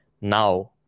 now